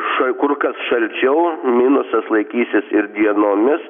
šal kur kas šalčiau minusas laikysis ir dienomis